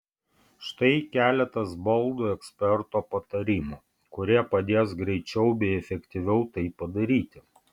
štai keletas baldų eksperto patarimų kurie padės greičiau bei efektyviau tai padaryti